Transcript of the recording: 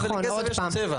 ולכסף יש צבע.